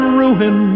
ruin